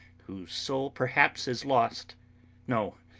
whose soul perhaps is lost no,